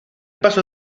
paso